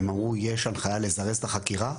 הם אמרו שיש הנחייה לזרז את החקירה.